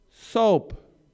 soap